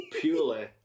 Purely